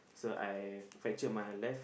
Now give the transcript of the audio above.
so I fracture my left